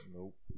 Nope